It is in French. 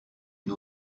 une